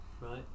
Right